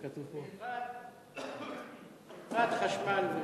מלבד חשמל.